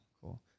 Cool